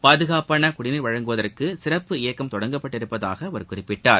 பாதுகாப்பான குடிநீர் வழங்குவதற்கு சிறப்பு இயக்கம் தொடங்கப்பட்டுள்ளதாக அவர் குறிப்பிட்டார்